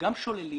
שוללים